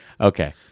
okay